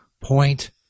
point